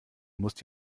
musst